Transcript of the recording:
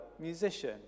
musician